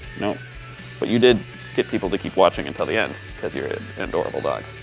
no. but you did get people to keep watching until the end because you're an adorable dog.